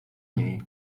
niej